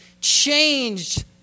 changed